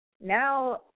Now